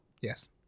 Yes